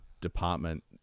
department